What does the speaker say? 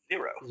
Zero